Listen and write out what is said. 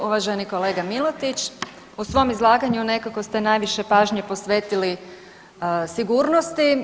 Uvaženi kolega Miletić, u svom izlaganju nekako ste najviše pažnje posvetili sigurnosti.